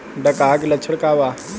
डकहा के लक्षण का वा?